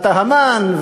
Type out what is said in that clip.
אתה המן,